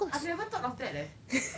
I've never thought of that leh